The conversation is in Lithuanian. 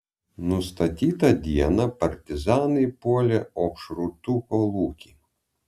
nustatytą dieną partizanai puolė opšrūtų kolūkį